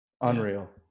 unreal